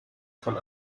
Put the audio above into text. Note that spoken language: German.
von